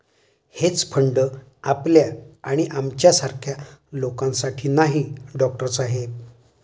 hedge fund आपल्या आणि आमच्यासारख्या लोकांसाठी नाही, डॉक्टर साहेब